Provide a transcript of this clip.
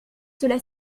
cela